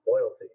Loyalty